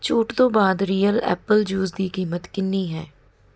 ਛੂਟ ਤੋਂ ਬਾਅਦ ਰੀਅਲ ਐਪਲ ਜੂਸ ਦੀ ਕੀਮਤ ਕਿੰਨੀ ਹੈ